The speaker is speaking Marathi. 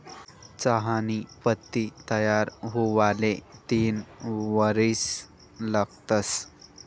चहानी पत्ती तयार हुवाले तीन वरीस लागतंस